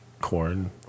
corn